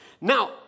Now